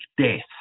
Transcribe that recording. death